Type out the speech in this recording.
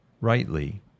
Rightly